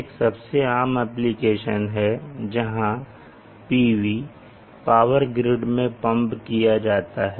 एक सबसे आम एप्लीकेशन है जहां PV पावर ग्रिड में पंप किया जा रहा है